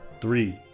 three